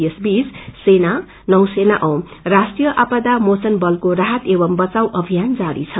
यसबीच सेना नौसेना औ राष्ट्रीय आपदा मोचन बलको राहत एव बचाउ अभियान जारी छ